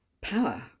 power